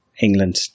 England